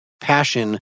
passion